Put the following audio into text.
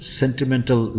sentimental